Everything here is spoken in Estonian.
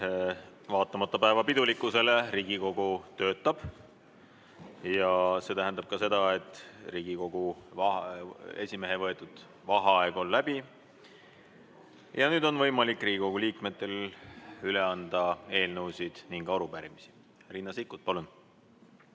Vaatamata päeva pidulikkusele Riigikogu töötab. See tähendab ka seda, et Riigikogu esimehe võetud vaheaeg on läbi. Nüüd on Riigikogu liikmetel võimalik üle anda eelnõusid ning arupärimisi. Riina Sikkut, palun!